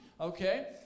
okay